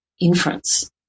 inference